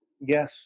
Yes